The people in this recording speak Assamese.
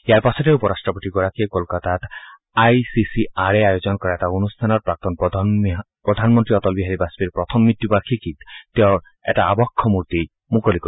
ইয়াৰ পাছতে উপ ৰট্টপতিগৰাকীয়ে কলকাতাত I C C R A আয়োজন কৰা এটা অনুষ্ঠানত প্ৰাক্তন প্ৰধানমন্তী অটল বিহাৰী বাজপেয়ীৰ প্ৰথম মৃত্যু বাৰ্ষিকীত তেওঁৰ আবক্ষ মূৰ্তি মুকলি কৰিব